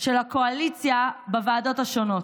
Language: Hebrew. של הקואליציה בוועדות השונות,